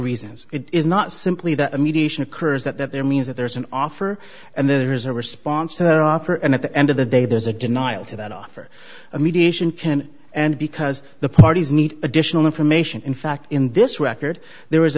reasons it is not simply that a mediation occurs that there means that there is an offer and there is a response to their offer and at the end of the day there's a denial to that offer a mediation can and because the parties need additional information in fact in this record there was